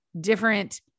different